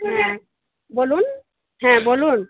হ্যাঁ বলুন হ্যাঁ বলুন